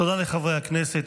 תודה לחבר הכנסת.